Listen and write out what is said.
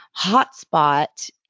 hotspot